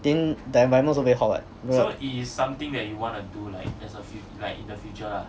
then the environment also very hot what right